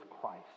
Christ